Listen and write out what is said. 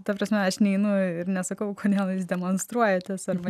ta prasme aš neinu ir nesakau kodėl jūs demonstruojatės arba